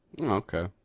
Okay